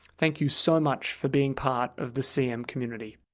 thank you so much for being part of the cm community.